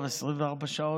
אופיר כץ, טוב, 24 שעות,